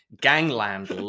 Gangland